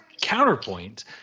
Counterpoint